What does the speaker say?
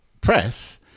press